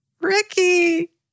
Ricky